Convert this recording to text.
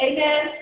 Amen